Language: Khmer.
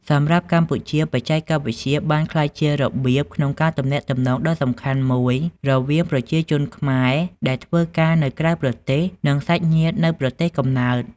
សម្រាប់កម្ពុជា បច្ចេកវិទ្យាបានក្លាយជារបៀបក្នុងការទំនាក់ទំនងដ៏សំខាន់មួយរវាងប្រជាជនខ្មែរដែលធ្វើការនៅក្រៅប្រទេស និងសាច់ញាតិនៅប្រទេសកំណើត។